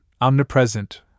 omnipresent